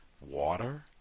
water